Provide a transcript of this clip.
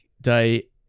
day